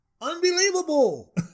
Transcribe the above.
Unbelievable